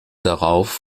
darauf